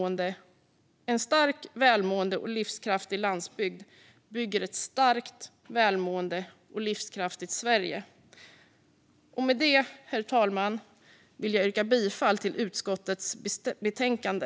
En stark, välmående och livskraftig landsbygd bygger ett starkt, välmående och livskraftigt Sverige. Med detta, herr talman, vill jag yrka bifall till förslaget i utskottets betänkande.